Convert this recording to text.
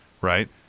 right